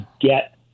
get